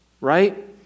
right